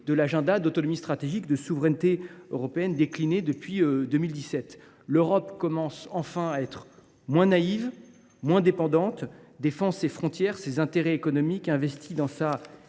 de l’agenda d’autonomie stratégique et de souveraineté européenne décliné depuis 2017. L’Europe commence enfin à être moins naïve et moins dépendante. Elle défend ses frontières et ses intérêts économiques, en investissant dans